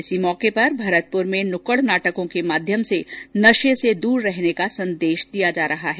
इस अवसर पर भरतपुर में भी नुक्कड़ नाटकों के माध्यम से नशे से दूर रहने का संदेश दिया जा रहा है